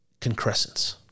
concrescence